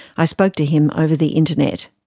i spoke to him over the internet.